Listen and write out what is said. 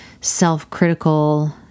self-critical